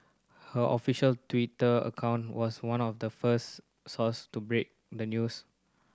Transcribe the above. her official Twitter account was one of the first source to break the news